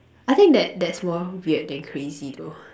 I that that that's more weird than crazy though